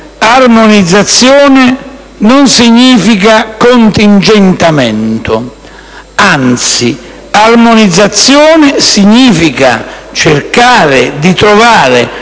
armonizzazione non significa contingentamento: anzi, armonizzazione significa cercare di trovare